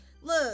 look